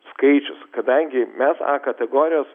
skaičius kadangi mes a kategorijos